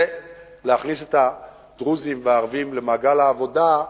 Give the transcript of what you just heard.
זה להכניס את הדרוזים והערבים למעגל העבודה.